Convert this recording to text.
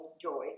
joy